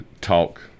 talk